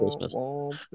Christmas